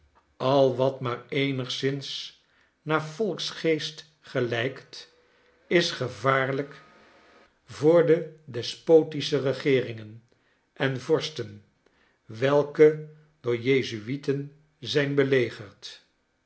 al wat maar eenigszins naar volkgeest gelijkt is gevaarlijk voor de despotische regeeringen en vorsten welke door jezuteten zijn belegerd